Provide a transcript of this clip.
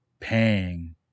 paying